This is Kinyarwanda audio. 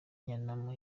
njyanama